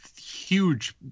huge